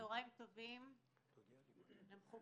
צהריים טובים למכובדיי.